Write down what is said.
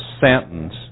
sentence